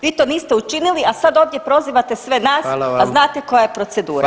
Vi to niste učinili, a sad ovdje prozivate sve nas, a znate koja je procedura.